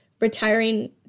retiring